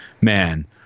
man